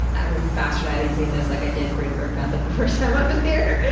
i'm bastardizing this like i did grinberg method the first time i was here.